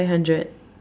five hundred